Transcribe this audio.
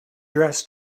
dress